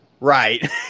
Right